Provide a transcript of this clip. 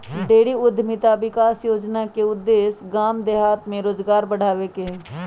dairy उद्यमिता विकास योजना के उद्देश्य गाम देहात में रोजगार बढ़ाबे के हइ